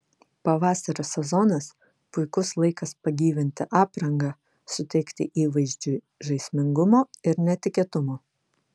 pavasario sezonas puikus laikas pagyvinti aprangą suteikti įvaizdžiui žaismingumo ir netikėtumo